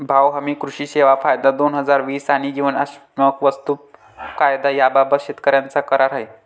भाव हमी, कृषी सेवा कायदा, दोन हजार वीस आणि जीवनावश्यक वस्तू कायदा याबाबत शेतकऱ्यांचा करार आहे